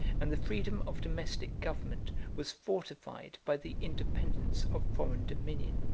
and the freedom of domestic government was fortified by the independence of foreign dominion.